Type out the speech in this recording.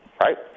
right